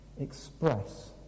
express